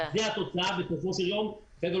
זו בסופו של יום התוצאה.